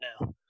now